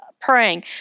praying